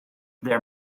their